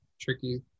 tricky